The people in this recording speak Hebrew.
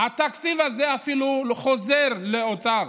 והתקציב הזה אפילו חוזר לאוצר,